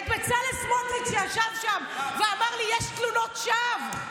את בצלאל סמוטריץ' שישב שם ואמר לי: יש תלונות שווא.